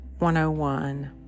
101